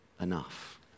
enough